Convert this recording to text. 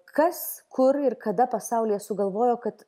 kas kur ir kada pasaulyje sugalvojo kad